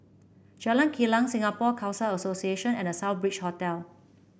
Jalan Kilang Singapore Khalsa Association and The Southbridge Hotel